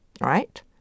right